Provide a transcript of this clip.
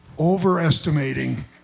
overestimating